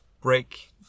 break